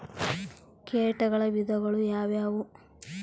ಕೇಟಗಳ ವಿಧಗಳು ಯಾವುವು?